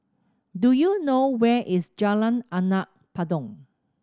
do you know where is Jalan Anak Patong